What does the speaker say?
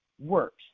works